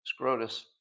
Scrotus